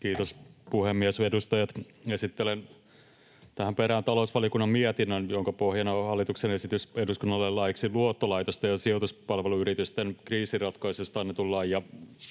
Kiitos, puhemies! Edustajat! Esittelen tähän perään talousvaliokunnan mietinnön, jonka pohjana on hallituksen esitys eduskunnalle laeiksi luottolaitosten ja sijoituspalveluyritysten kriisinratkaisusta annetun lain